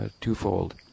twofold